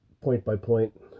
point-by-point